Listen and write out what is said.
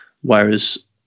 whereas